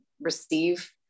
receive